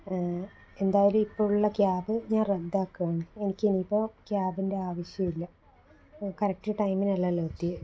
എന്തായാലും ഇപ്പമുള്ള ക്യാബ് ഞാന് റദ്ദാക്കാണ് എനിക്ക് ഇനിയിപ്പം ക്യാബിന്റെ ആവശ്യമില്ല കറക്ട് ടൈമിന് അല്ലല്ലോ എത്തിയെ